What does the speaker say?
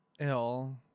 ill